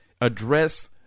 address